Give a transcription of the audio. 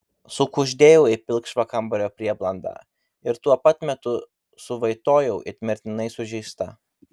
sukuždėjau į pilkšvą kambario prieblandą ir tuo pat metu suvaitojau it mirtinai sužeista